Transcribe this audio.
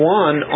one